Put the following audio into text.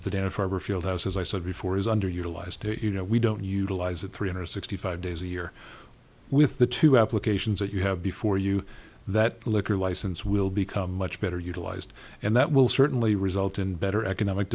of the dan farber field house as i said before is underutilized you know we don't utilize it three hundred sixty five days a year with the two applications that you have before you that liquor license will become much better utilized and that will certainly result in better economic